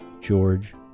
George